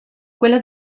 quella